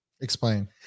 Explain